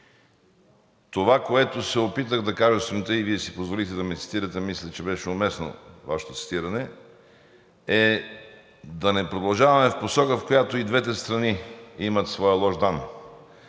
Това, което се опитах да кажа сутринта и Вие си позволихте да ме цитирате, мисля, че беше уместно Вашето цитиране да не продължаваме в посока, в която и двете страни имат своя лош дан.